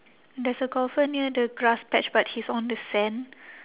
there's a golfer near the grass patch but he's on the sand